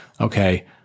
okay